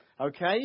Okay